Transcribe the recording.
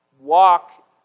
walk